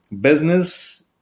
business